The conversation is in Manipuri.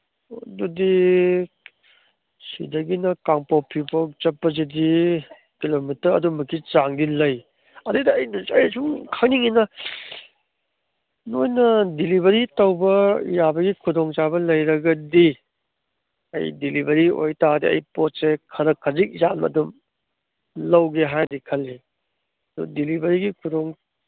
ꯑꯗꯨꯗꯤ ꯁꯤꯗꯒꯤꯅ ꯀꯥꯡꯄꯣꯛꯄꯤ ꯐꯥꯎ ꯆꯠꯄꯁꯤꯗꯤ ꯀꯤꯂꯣꯃꯤꯇꯔ ꯑꯗꯨꯝꯕꯒꯤ ꯆꯥꯡꯗꯤ ꯂꯩ ꯑꯗꯩꯗ ꯑꯩꯅ ꯑꯩꯅ ꯁꯨꯝ ꯈꯪꯅꯤꯡꯉꯤꯅ ꯅꯣꯏꯅ ꯗꯤꯂꯤꯕꯔꯤ ꯇꯧꯕ ꯌꯥꯕꯒꯤ ꯈꯨꯗꯣꯡꯆꯥꯕ ꯂꯩꯔꯒꯗꯤ ꯑꯩ ꯗꯤꯂꯤꯕꯔꯤ ꯑꯣꯏ ꯇꯥꯔꯒꯗꯤ ꯑꯩ ꯄꯣꯠꯁꯦ ꯈꯔ ꯈꯖꯤꯛ ꯌꯥꯝꯅ ꯑꯗꯨꯝ ꯂꯧꯒꯦ ꯍꯥꯏꯅꯗ ꯈꯜꯂꯤ ꯑꯗꯨ ꯗꯤꯂꯤꯕꯔꯤꯒꯤ ꯈꯨꯗꯣꯡ